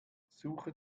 suche